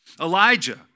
Elijah